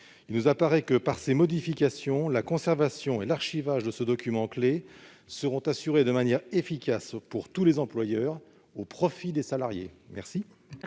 prévues par décret. Par ces modifications, la conservation et l'archivage de ce document clé seront assurés de manière efficace pour tous les employeurs, au profit des salariés. Quel